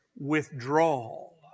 withdrawal